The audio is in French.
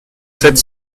sept